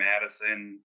Madison